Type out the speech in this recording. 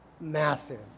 Massive